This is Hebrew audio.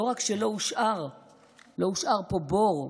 לא רק שלא הושאר פה בור,